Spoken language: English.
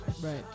Right